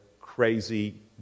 crazy